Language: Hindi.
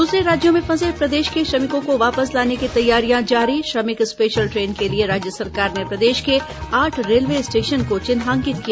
दूसरे राज्यों में फंसे प्रदेश के श्रमिकों को वापस लाने की तैयारियां जारी श्रमिक स्पेशल ट्रेन के लिए राज्य सरकार ने प्रदेश के आठ रेलवे स्टेशन को चिन्हांकित किया